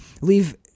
Leave